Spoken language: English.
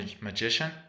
magician